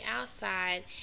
outside